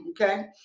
Okay